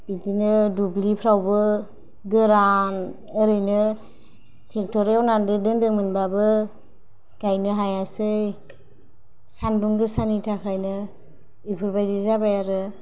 बिदिनो दुब्लि फ्रावबो गोरान ओरैनो ट्रेक्टर एवनानै दोनदोंमोन बाबो गायनो हायासै सानदुं गोसानि थाखायनो इफोरबायदि जाबाय आरो